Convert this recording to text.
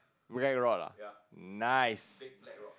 black rod ah nice